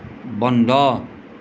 বন্ধ